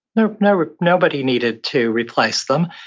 you know nobody needed to replace them.